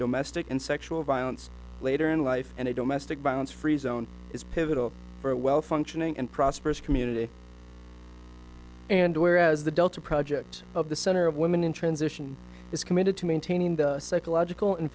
domestic and sexual violence later in life and i don't mastic violence free zone is pivotal for a well functioning and prosperous community and whereas the delta project of the center of women in transition is committed to maintaining the psychological and